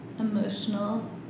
Emotional